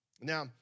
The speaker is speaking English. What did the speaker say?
Now